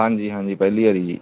ਹਾਂਜੀ ਹਾਂਜੀ ਪਹਿਲੀ ਵਾਰੀ ਜੀ